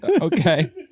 Okay